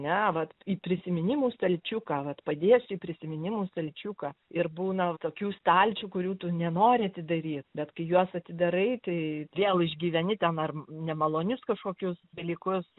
ne vat į prisiminimų stalčiuką vat padėsi prisiminimų stalčiuką ir būna tokių stalčių kurių tu nenori atidaryt bet juos atidarai tai vėl išgyveni ten ar nemalonius kažkokius dalykus